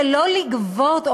שלא לגבות,